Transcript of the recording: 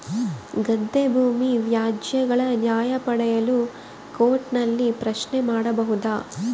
ಗದ್ದೆ ಭೂಮಿ ವ್ಯಾಜ್ಯಗಳ ನ್ಯಾಯ ಪಡೆಯಲು ಕೋರ್ಟ್ ನಲ್ಲಿ ಪ್ರಶ್ನೆ ಮಾಡಬಹುದಾ?